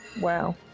Wow